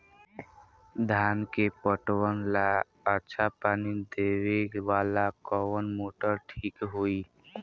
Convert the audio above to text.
धान के पटवन ला अच्छा पानी देवे वाला कवन मोटर ठीक होई?